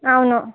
అవును